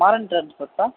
Maran ட்ரான்ஸ்போர்ட்டா